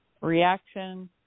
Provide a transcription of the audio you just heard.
reaction